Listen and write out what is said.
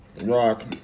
Rock